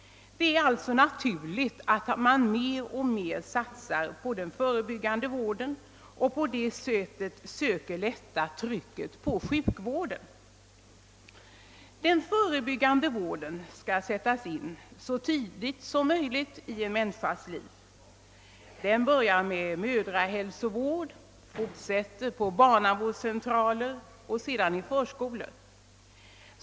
Det är alltså naturligt att man mer och mer satsar på den förebyggande vården och på det sättet söker lätta trycket på sjukvården. Den förebyggande vården skall sättas in så tidigt som möjligt i en människas liv. Den börjar med mödrahälsovård, fortsätter på barnavårdscentraler och sedan i förskolor.